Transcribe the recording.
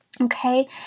okay